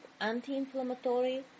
anti-inflammatory